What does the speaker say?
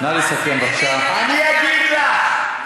אני אגיד לך: